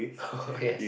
yes